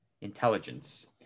intelligence